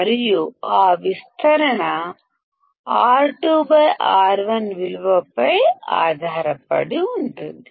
మరియు ఆ amplification R2 R1 విలువ పై ఆధారపడి ఉంటుంది